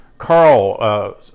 Carl